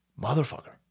Motherfucker